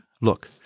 Look